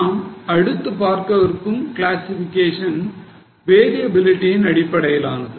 நாம் அடுத்து பார்க்கவிருக்கும் கிளாசிஃபிகேஷன் variability ன் அடிப்படையிலானது